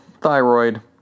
thyroid